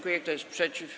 Kto jest przeciw?